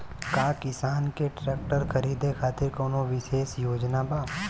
का किसान के ट्रैक्टर खरीदें खातिर कउनों विशेष योजना बा?